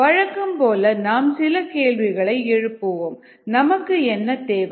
வழக்கம் போல நாம் சில கேள்விகளை எழுப்புவோம் நமக்கு என்ன தேவை